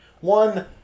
One